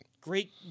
Great